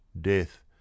death